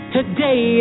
Today